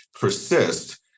persist